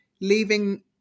leaving